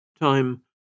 Time